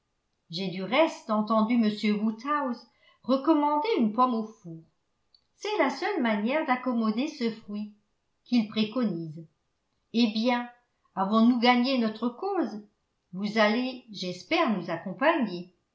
j'ai du reste entendu m woodhouse recommander une pomme au four c'est la seule manière d'accommoder ce fruit qu'il préconise eh bien avons-nous gagné notre cause vous allez j'espère nous accompagner